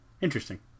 Interesting